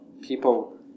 people